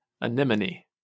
Anemone